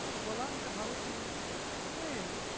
kolanji harutiun's twin,